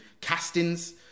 castings